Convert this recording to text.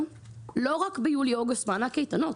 ולא רק ביולי-אוגוסט עבור הקייטנות.